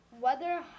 weather